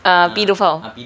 ah paedophile